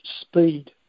speed